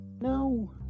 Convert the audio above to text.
No